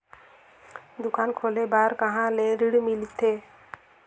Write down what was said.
दुकान खोले बार कहा ले ऋण मिलथे?